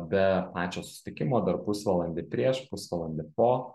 be pačio susitikimo dar pusvalandį prieš pusvalandį po